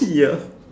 ya